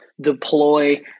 deploy